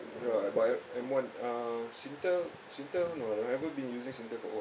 ya but I M one ah singtel singtel no lah I haven't been using singtel for a while